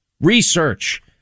Research